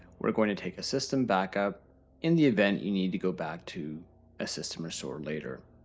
we're going to take a system backup in the event you need to go back to a system restore later.